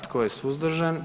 Tko je suzdržan?